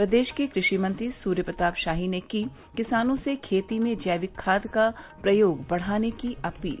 प्रदेश के कृषि मंत्री सूर्य प्रताप शाही ने की किसानों से खेतों में जैविक खाद का प्रयोग बढ़ाने की अपील